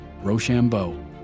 Rochambeau